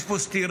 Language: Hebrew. יש פה סתירה,